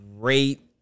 great